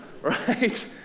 right